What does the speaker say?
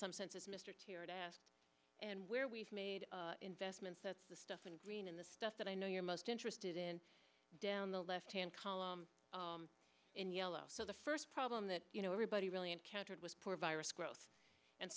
some sense as mr cured asked and where we've made investments that's the stuff in green in the stuff that i know you're most interested in down the left hand column in yellow so the first problem that you know everybody really encountered was poor virus growth